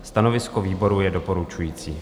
Stanovisko výboru je doporučující.